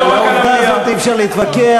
עם העובדה הזאת אי-אפשר להתווכח,